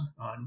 on